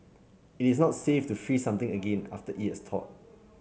it is not safe to freeze something again after it has thawed